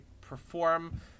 perform